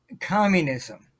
communism